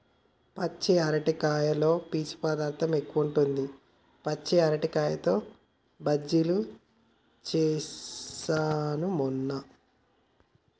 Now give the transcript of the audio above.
పచ్చి అరటికాయలో పీచు పదార్ధం ఎక్కువుంటది, పచ్చి అరటికాయతో బజ్జిలు చేస్న మొన్న